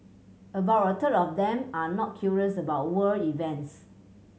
about a third of them are not curious about world events